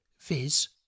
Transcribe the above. viz